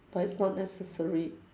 but it's not necessary